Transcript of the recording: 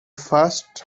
fast